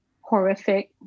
horrific